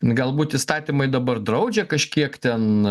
galbūt įstatymai dabar draudžia kažkiek ten